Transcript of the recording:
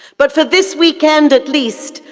but for this weekend at least,